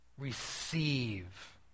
Receive